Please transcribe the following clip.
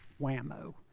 whammo